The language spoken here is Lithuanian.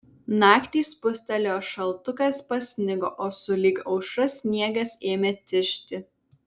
naktį spustelėjo šaltukas pasnigo o sulig aušra sniegas ėmė tižti